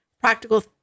practical